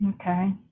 Okay